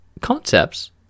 concepts